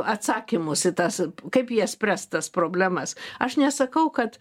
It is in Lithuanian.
atsakymus į tas kaip jie spręs tas problemas aš nesakau kad